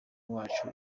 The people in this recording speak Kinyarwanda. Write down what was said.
wacu